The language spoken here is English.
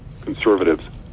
conservatives